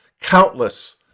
countless